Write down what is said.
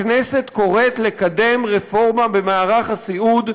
הכנסת קוראת לקדם רפורמה במערך הסיעוד,